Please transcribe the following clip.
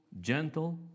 gentle